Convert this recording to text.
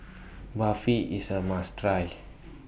Barfi IS A must Try